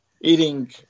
eating